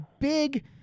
big